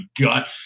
guts